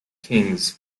kings